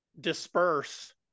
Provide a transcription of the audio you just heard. disperse